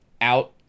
out